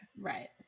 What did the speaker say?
right